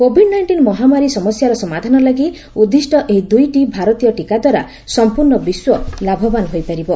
Covid nineteen ମହାମାରୀ ସମସ୍ୟାର ସମାଧାନ ଲାଗି ଉଦ୍ଦିଷ୍ଟ ଏହି ଦୁଇଟି ଭାରତୀୟ ଟିକା ଦ୍ୱାରା ସମ୍ପୂର୍ଣ୍ଣ ବିଶ୍ୱ ଲାଭବାନ ହୋଇପାରିବ